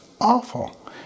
awful